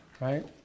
right